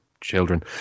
children